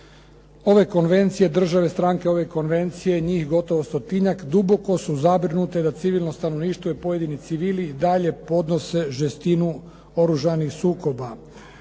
ove Konvencije, države stranke ove Konvencije, njih gotovo stotinjak duboko su zabrinute da civilno stanovništvo i pojedini civili i dalje podnose žestinu oružanih sukoba.